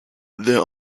there